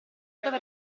dove